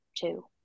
two